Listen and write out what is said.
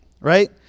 right